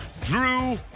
Drew